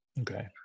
Okay